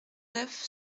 neuf